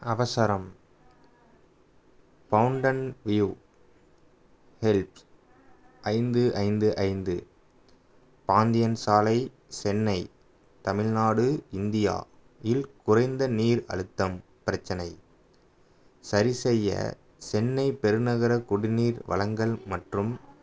அவசரம் mountain view helps ஐந்து ஐந்து ஐந்து பாந்தியன் சாலை சென்னை தமிழ்நாடு இந்தியா இல் குறைந்த நீர் அழுத்தம் பிரச்சினை சரி செய்ய சென்னை பெருநகர குடிநீர் வழங்கல் மற்றும்